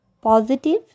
Positive